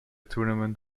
tournament